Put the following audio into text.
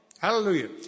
Hallelujah